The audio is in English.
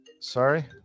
Sorry